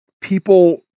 people